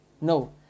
No